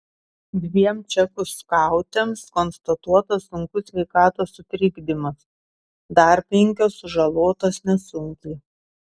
dviem čekų skautėms konstatuotas sunkus sveikatos sutrikdymas dar penkios sužalotos nesunkiai